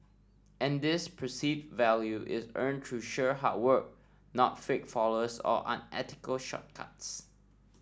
and this perceive value is earned through sheer hard work not fake followers or unethical shortcuts